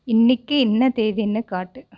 இன்னைக்கி என்ன தேதின்னு காட்டு